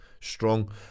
strong